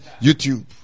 YouTube